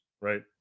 right